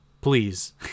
please